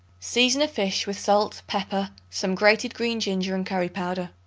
season a fish with salt, pepper, some grated green ginger and curry-powder.